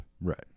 Right